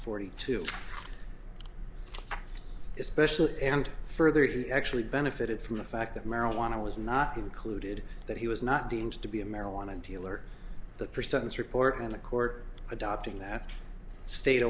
forty two specialist and further he actually benefited from the fact that marijuana was not included but he was not deemed to be a marijuana dealer the percentage report and the court adopting that stayed